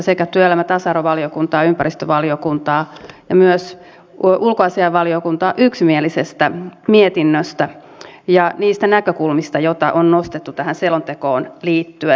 sekä työelämä ja tasa arvovaliokuntaa ympäristövaliokuntaa että myös ulkoasiainvaliokuntaa yksimielisestä mietinnöstä ja niistä näkökulmista joita on nostettu tähän selontekoon liittyen